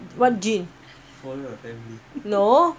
what gene no